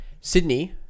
Sydney